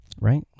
right